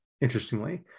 interestingly